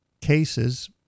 cases